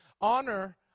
Honor